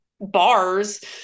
bars